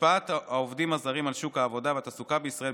השפעת העובדים הזרים על שוק העבודה והתעסוקה בישראל,